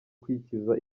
kwikiza